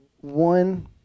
One